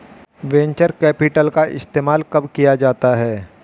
Venture capital का इस्तेमाल कब किया जाता है?